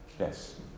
Yes